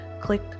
click